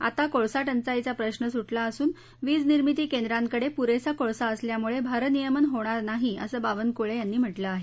आता कोळसा टंचाईचा प्रश्न सुटला असून वीज निर्मिती केंद्रांकडे पुरेसा कोळसा असल्यामुळे भारनियमन होणार नसल्याचं बावनकुळे यांनी म्हटलं आहे